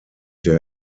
der